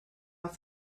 off